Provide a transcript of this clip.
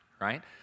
right